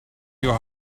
your